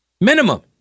minimum